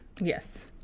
Yes